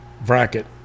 bracket